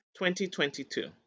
2022